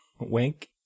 Wink